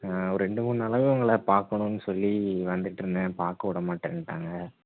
ஒரு ரெண்டு மூணு நாளாகவே உங்களை பார்க்கணுன்னு சொல்லி வந்துகிட்ருந்தேன் பார்க்க விட மாட்டேன்ட்டாங்க